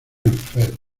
enfermo